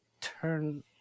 turn